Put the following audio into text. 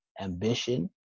ambition